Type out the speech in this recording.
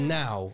now